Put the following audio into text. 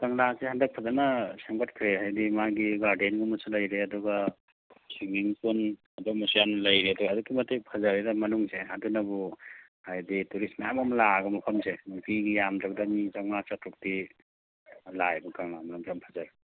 ꯀꯪꯂꯥꯁꯦ ꯍꯟꯗꯛ ꯐꯖꯅ ꯁꯦꯝꯒꯠꯈ꯭ꯔꯦ ꯍꯥꯏꯗꯤ ꯃꯥꯒꯤ ꯒꯥꯔꯗꯦꯟꯒꯨꯝꯕꯁꯨ ꯂꯩꯔꯦ ꯑꯗꯨꯒ ꯁ꯭ꯋꯤꯝꯃꯤꯡ ꯄꯨꯜ ꯑꯗꯨꯒꯨꯝꯕꯁꯨ ꯌꯥꯝ ꯂꯩꯔꯦ ꯑꯗꯣ ꯑꯗꯨꯛꯀꯤ ꯃꯇꯤꯛ ꯐꯖꯔꯦꯗ ꯃꯅꯨꯡꯁꯦ ꯑꯗꯨꯅꯕꯨ ꯍꯥꯏꯗꯤ ꯇꯨꯔꯤꯁ ꯃꯌꯥꯝ ꯑꯃ ꯂꯥꯛꯑꯒ ꯃꯐꯝꯁꯦ ꯅꯨꯡꯇꯤꯒꯤ ꯌꯥꯝꯗ꯭ꯔꯕꯗ ꯃꯤ ꯆꯥꯝꯃꯉꯥ ꯆꯥꯇ꯭ꯔꯨꯛꯇꯤ ꯂꯥꯛꯑꯦ ꯑꯗꯨꯝ ꯀꯪꯂꯥ ꯃꯅꯨꯡꯁꯦ ꯌꯥꯝ ꯐꯖꯔꯦ